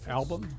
album